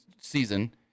season